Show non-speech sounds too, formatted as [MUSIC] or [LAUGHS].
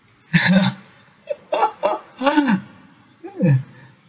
[LAUGHS] [BREATH]